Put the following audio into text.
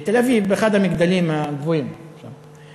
בתל-אביב, באחד המגדלים הגבוהים שם: